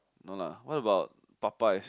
no la what about Popeyes